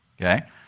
Okay